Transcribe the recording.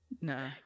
no